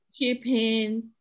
shipping